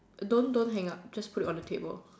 don't don't hang up just put it on the table